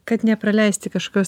kad nepraleisti kažkokios